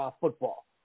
football